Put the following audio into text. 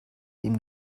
dem